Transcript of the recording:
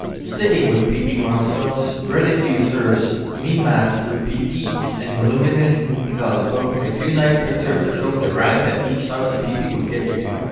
sticking with pp milestones, reddit users mimasterpt and luminiscental both made two nice pictures showing the rank that each thousand pp would get you too.